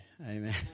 Amen